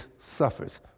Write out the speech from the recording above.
suffers